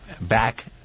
back